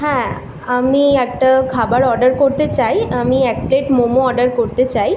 হ্যাঁ আমি একটা খাবার অর্ডার করতে চাই আমি এক প্লেট মোমো অর্ডার করতে চাই